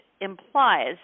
implies